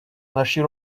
нашій